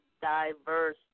diverse